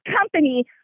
company